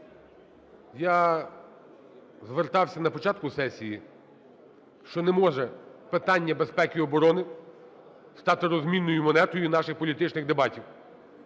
я звертався на початку сесії, що не може питання безпеки і оборони стати розмінною монетою наших політичних дебатів.